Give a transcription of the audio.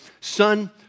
son